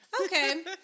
Okay